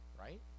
Right